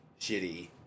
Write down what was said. shitty